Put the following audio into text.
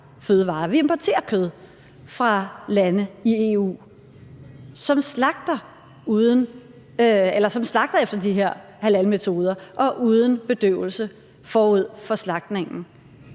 vi importerer kød fra lande i EU, som slagter efter de her halalmetoder og uden bedøvelse forud for slagtningen.